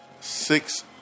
six